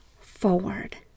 forward